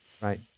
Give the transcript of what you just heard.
right